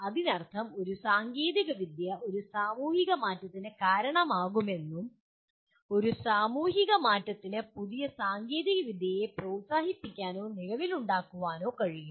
അതിനർത്ഥം ഒരു സാങ്കേതികവിദ്യ ഒരു സാമൂഹിക മാറ്റത്തിന് കാരണമാകുമെന്നും ഒരു സാമൂഹിക മാറ്റത്തിന് പുതിയ സാങ്കേതികവിദ്യയെ പ്രോത്സാഹിപ്പിക്കാനോ നിലവിലുണ്ടാക്കാനോ കഴിയും